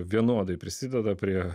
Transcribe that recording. vienodai prisideda prie